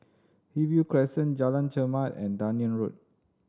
Hillview Crescent Jalan Chermat and Dunearn Road